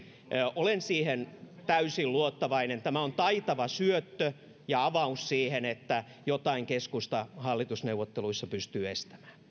olen siihen täysin luottavainen tämä on taitava syöttö ja avaus siihen että jotain keskusta hallitusneuvotteluissa pystyy estämään